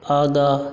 आगाँ